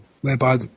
whereby